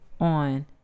on